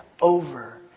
over